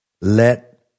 let